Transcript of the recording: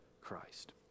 Christ